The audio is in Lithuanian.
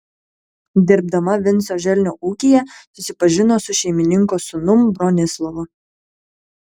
dirbdama vinco želnio ūkyje susipažino su šeimininko sūnum bronislovu